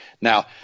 now